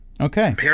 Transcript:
Okay